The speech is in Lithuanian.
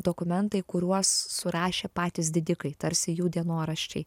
dokumentai kuriuos surašė patys didikai tarsi jų dienoraščiai